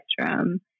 spectrum